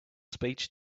speech